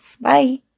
Bye